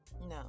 No